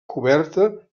coberta